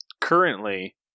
currently